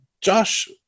Josh